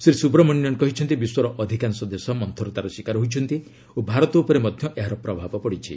ଶ୍ରୀ ସୁବ୍ରମଣ୍ୟନ୍ କହିଛନ୍ତି ବିଶ୍ୱର ଅଧିକାଂଶ ଦେଶ ମନ୍ତରତାର ଶିକାର ହୋଇଛନ୍ତି ଓ ଭାରତ ଉପରେ ମଧ୍ୟ ଏହାର ପ୍ରଭାବ ପଡ଼ିଛି